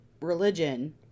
religion